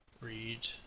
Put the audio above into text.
read